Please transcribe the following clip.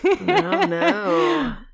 No